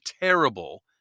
terrible